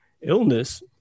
illness